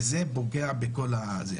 זה פוגע בזכויות.